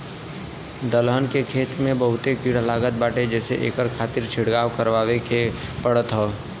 दलहन के खेत के बहुते कीड़ा लागत बाटे जेसे एकरे खातिर छिड़काव करवाए के पड़त हौ